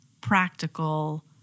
practical